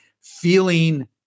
feeling